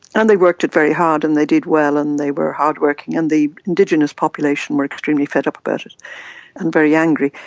and they worked it very hard and they did well and they were hard-working, and the indigenous population were extremely fed up about it and very angry.